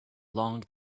long